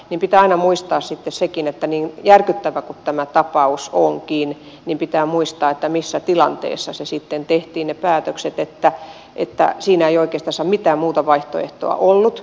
fi pitää kuin saatiin rokotetta niin järkyttävä kuin tämä tapaus onkin niin pitää aina muistaa sitten sekin missä tilanteessa tehtiin ne päätökset siinä ei oikeastaan mitään muuta vaihtoehtoa ollut